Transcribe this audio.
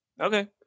okay